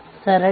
ಈಗ ಚಿತ್ರ 4